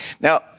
Now